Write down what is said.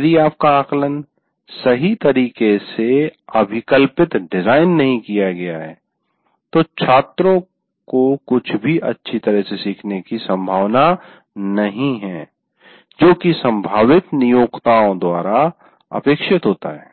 यदि आपका आकलन सही तरीके से अभिकल्पित डिजाईन नहीं किया गया है तो छात्रों के कुछ भी अच्छी तरह से सीखने की संभावना नहीं है जो कि संभावित नियोक्ताओं द्वारा अपेक्षित होता है